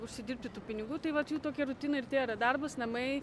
užsidirbti tų pinigų tai vat jų tokia rutina ir tėra darbas namai